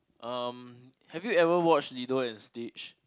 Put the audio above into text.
um have you ever watched Lilo-and-Stitch